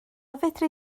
fedri